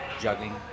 juggling